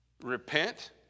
Repent